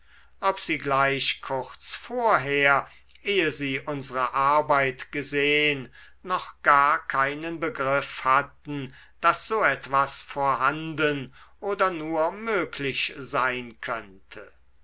ob sie gleich kurz vorher ehe sie unsere arbeit gesehn noch gar keinen begriff hatten daß so etwas vorhanden oder nur möglich sein könnte